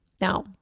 Now